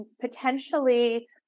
potentially